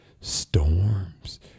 storms